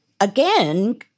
again